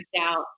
out